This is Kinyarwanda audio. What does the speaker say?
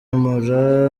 mpura